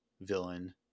villain